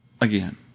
again